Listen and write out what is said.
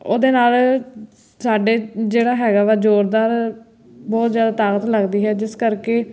ਉਹਦੇ ਨਾਲ ਸਾਡੇ ਜਿਹੜਾ ਹੈਗਾ ਵਾ ਜ਼ੋਰਦਾਰ ਬਹੁਤ ਜ਼ਿਆਦਾ ਤਾਕਤ ਲੱਗਦੀ ਹੈ ਜਿਸ ਕਰਕੇ